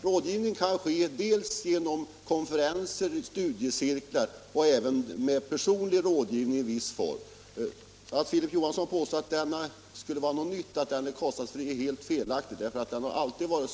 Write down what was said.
Rådgivning kan ske dels genom konferenser och studiecirklar, dels genom personlig rådgivning i viss form. Att som herr Johansson påstå att det skulle vara något nytt med kostnadsfri rådgivning är helt felaktigt, det har alltid varit på det här sättet.